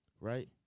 right